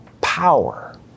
power